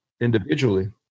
Individually